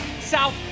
South